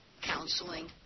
counseling